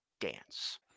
dance